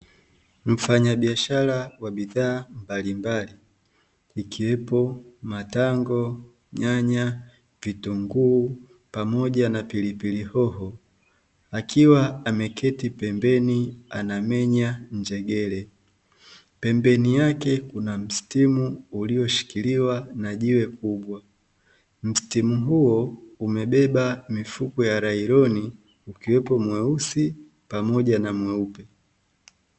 Mfanyabiashara wa bidhaa mbalimbali, ikiwepo matango, nyanya, vitunguu, pamoja na pilipili hoho, akiwa ameketi pembeni anamenya njegere. Pembeni yake kuna mstimu ulioshikiliwa na jiwe kubwa. Mstimu huo umebeba mifuko ya nailoni, ukiwepo mweusi pamoja na mweupe.